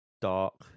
Dark